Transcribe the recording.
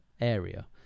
area